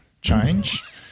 change